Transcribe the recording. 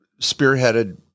spearheaded